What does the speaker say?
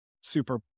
super